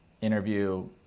interview